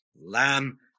Lamb